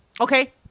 Okay